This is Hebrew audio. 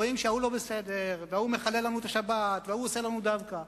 רואים שההוא לא בסדר וההוא מחלל לנו את השבת וההוא עושה לנו דווקא.